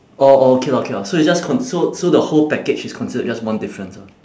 orh orh okay lah okay lah so it's just con~ so so the whole package is considered just one difference ah